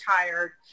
tired